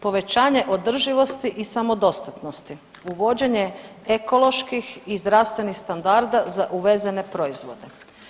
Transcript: Povećanje održivosti i samodostatnosti, uvođenje ekoloških i zdravstvenih standarda za uvezene proizvode.